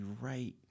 right